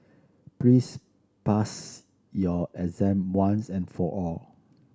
please pass your exam once and for all